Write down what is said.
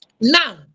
Now